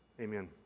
amen